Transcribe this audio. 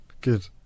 Good